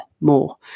more